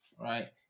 right